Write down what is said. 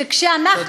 שכשאנחנו,